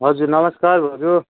हजुर नमस्कार भाउजू